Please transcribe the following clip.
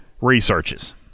researches